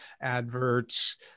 adverts